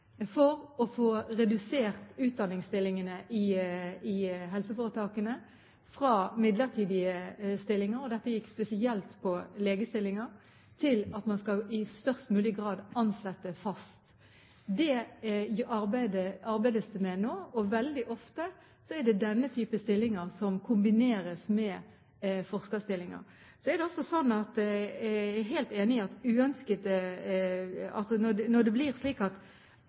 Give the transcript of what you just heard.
for å få redusert utdanningsstillingene i helseforetakene fra midlertidige stillinger – dette gikk spesielt på legestillinger – til at man i størst mulig grad skal ansette fast. Det arbeides det med nå. Veldig ofte er det denne typen stillinger som kombineres med forskerstillinger. Hvis det er tilfelle at noen går over år i midlertidige forskerstillinger, så bør ikke det skje, men her er det